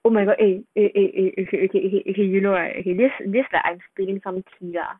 oh my god eh eh eh eh okay okay you know right okay this this like I'm spinning some key lah